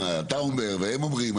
מה אתה אומר והם אומרים,